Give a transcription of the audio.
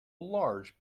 large